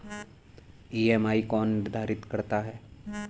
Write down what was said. EMI कौन निर्धारित करता है?